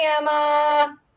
Emma